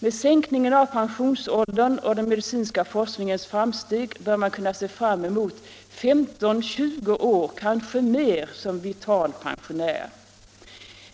Med sänkningen av pensionsåldern och den medicinska forskningens framsteg bör man kunna se fram emot 15-20 år, kanske mer, som vital pensionär.